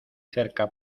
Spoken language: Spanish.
cerca